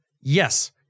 yes